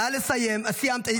נא לסיים, סיימת.